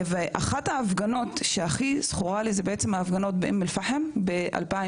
אחת ההפגנות שהכי זכורה לי היא ההפגנה באום אל פחם ב-2021,